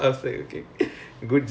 ya